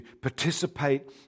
participate